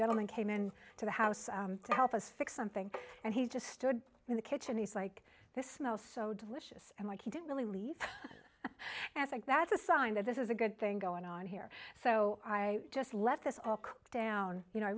gentleman came in to the house to help us fix something and he just stood in the kitchen he's like this smells so delicious and like he didn't really leave and i think that's a sign that this is a good thing going on here so i just let this all cool down you know i